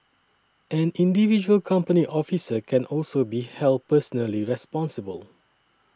an individual company officer can also be held personally responsible